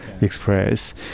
express